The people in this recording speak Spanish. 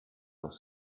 los